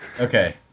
Okay